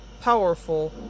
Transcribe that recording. powerful